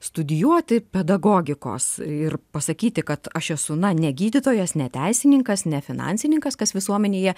studijuoti pedagogikos ir pasakyti kad aš esu na ne gydytojas ne teisininkas ne finansininkas kas visuomenėje